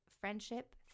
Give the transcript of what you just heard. friendship